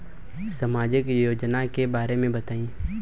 सामाजिक योजना के बारे में बताईं?